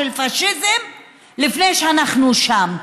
עם המילה "פאשיזם" לפני שאנחנו שם.